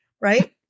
Right